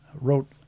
wrote